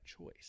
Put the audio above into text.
choice